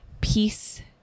peace